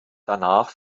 danach